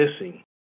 missing